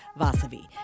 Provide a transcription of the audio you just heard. Vasavi